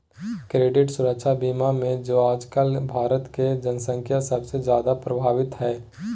credit सुरक्षा बीमा मे आजकल भारत के जन्संख्या सबसे जादे प्रभावित हय